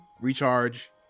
recharge